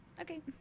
Okay